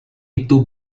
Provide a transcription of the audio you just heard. itu